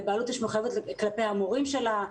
לבעלות יש מחויבות כלפי המורים שלה.